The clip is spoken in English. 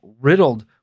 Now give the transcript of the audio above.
riddled